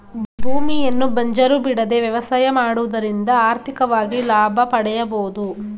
ಭೂಮಿಯನ್ನು ಬಂಜರು ಬಿಡದೆ ವ್ಯವಸಾಯ ಮಾಡುವುದರಿಂದ ಆರ್ಥಿಕವಾಗಿ ಲಾಭ ಪಡೆಯಬೋದು